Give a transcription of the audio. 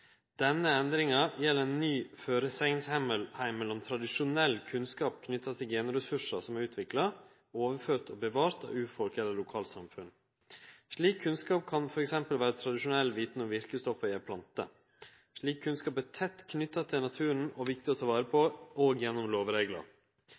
Denne endringa gjeld ein ny føresegnsheimel om tradisjonell kunnskap knytt til genressursar som er utvikla, overført og bevart av urfolk eller lokalsamfunn. Slik kunnskap kan f.eks. vere tradisjonell kunnskap om verkestoffa i ei plante. Slik kunnskap er tett knytt til naturen og viktig å ta vare på